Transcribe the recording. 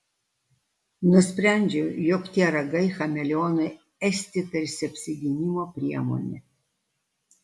nusprendžiau jog tie ragai chameleonui esti tarsi apsigynimo priemonė